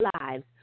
lives